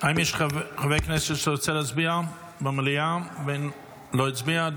האם יש חבר כנסת במליאה שרוצה להצביע ועדיין לא הצביע?